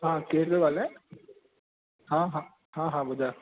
हा केरु पियो ॻाल्हाए हा हा हा हा ॿुधायो